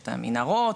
את המנהרות,